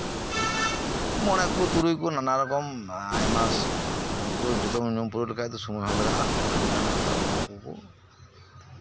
ᱢᱚᱬᱮ ᱠᱚ ᱛᱩᱨᱩᱭ ᱠᱚ ᱟᱭᱢᱟ ᱨᱚᱠᱚᱢ ᱱᱟᱱᱟ ᱩᱱᱠᱩ ᱡᱚᱛᱚᱵᱚᱱ ᱮᱢ ᱥᱟᱹᱛ ᱦᱩᱭᱩᱜᱼᱟ ᱢᱮᱱ ᱠᱟᱱᱟ ᱠᱚ ᱱᱩᱠᱩ